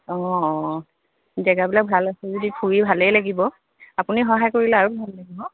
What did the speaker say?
অঁ অঁ জেগাবিলাক ভাল আছে যদি ফুৰি ভালেই লাগিব আপুনি সহায় কৰিলে আৰু ভাল লাগিব